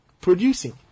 producing